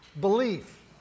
Belief